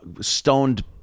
stoned